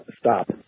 stop